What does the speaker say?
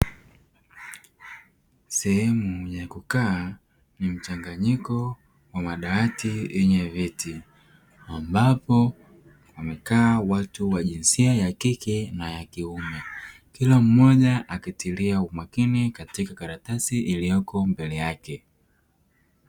Sehemu ya kukaa yenye mchanganyiko wa madawati yenye viti ambapo wamekaa watu wenye jinsia ya kike na kiume. Kila mmoja akitilia umakini katika karatasi iliyoko mbele yake.